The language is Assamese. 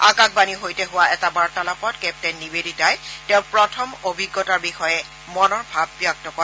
আকাশবাণীৰ সৈতে হোৱা এটা বাৰ্তালাপত কেপ্তেইন নিবেদিতাই তেওঁৰ প্ৰথম অভিজ্ঞতাৰ বিষেয় মনৰ ভাৱ ব্যক্ত কৰে